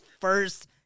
first